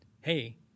Hey